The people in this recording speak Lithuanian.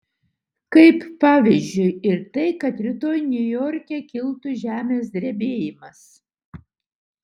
kaip pavyzdžiui ir tai kad rytoj niujorke kiltų žemės drebėjimas